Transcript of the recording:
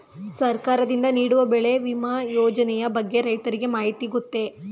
ಸರ್ಕಾರದಿಂದ ನೀಡುವ ಬೆಳೆ ವಿಮಾ ಯೋಜನೆಯ ಬಗ್ಗೆ ರೈತರಿಗೆ ಮಾಹಿತಿ ಗೊತ್ತೇ?